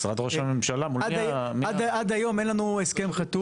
משרד ראש הממשלה מונע --- עד היום אין לנו הסכם חתום